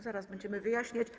Zaraz będziemy to wyjaśniać.